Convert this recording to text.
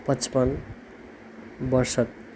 पचपन्न बयसट्ठी